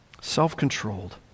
Self-controlled